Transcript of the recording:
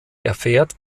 erfährt